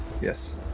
yes